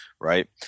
Right